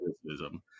criticism